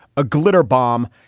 a glitter bomb,